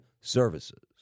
services